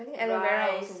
I think aloe vera also good